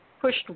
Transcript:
pushed